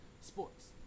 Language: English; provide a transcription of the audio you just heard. Sports